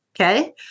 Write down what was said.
okay